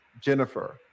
jennifer